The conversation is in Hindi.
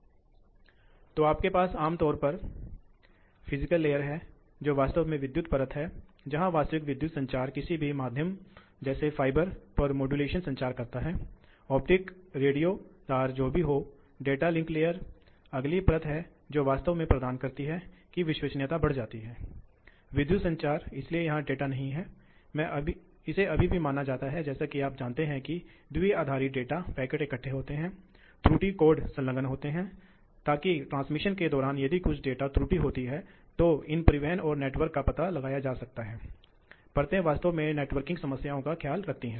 ऊर्जा में अंतर क्या है ऊर्जा में अंतर वास्तव में क्या है यह हिस्सा आम है यह हिस्सा उनके बीच आम है क्या आप देख सकते हैं इसलिए यह आम है इसलिए यह चला गया है दूसरी तरफ यह चला गया है और इसे जोड़ दिया गया है इसलिए ऊर्जा की बचत वास्तव में इस एरिया 1 और इस एरिया 2 के बीच के अंतर को कम करती है जो बहुत कम है इसलिए आप देखते हैं कि भले ही आप इस ऑपरेटिंग बिंदु से चले गए हों आप एक सौ प्रतिशत से आए हैं अस्सी प्रतिशत प्रवाह के लिए ऊर्जा उस राशि से कम नहीं हुई है